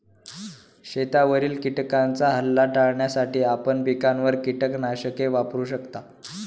शेतावरील किटकांचा हल्ला टाळण्यासाठी आपण पिकांवर कीटकनाशके वापरू शकता